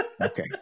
Okay